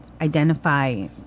identify